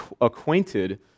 acquainted